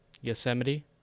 Yosemite